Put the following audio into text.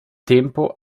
tempo